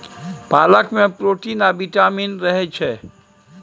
पालक मे प्रोटीन आ बिटामिन रहय छै